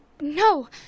No